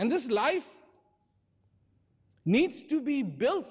and this life needs to be built